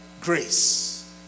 grace